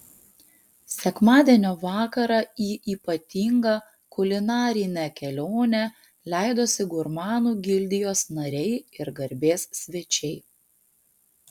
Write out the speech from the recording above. sekmadienio vakarą į ypatingą kulinarinę kelionę leidosi gurmanų gildijos nariai ir garbės svečiai